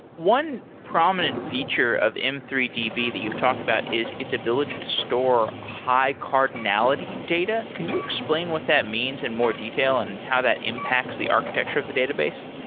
one prominent feature of m three d b that you've talked about is its ability to store high-cardinality data. can you explain what that means in more detail and how that impacts the architecture of the database?